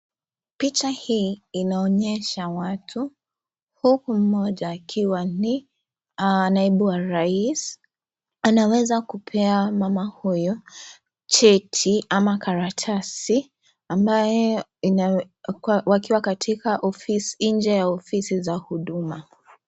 Picha hii inaonyesha watu, huku mmoja akiwa ni naibu wa raisi. Anaweza kupea mama huyu cheti ama karatasi, wakiwa katika nje ya ofisi za huduma.